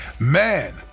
Man